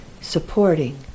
supporting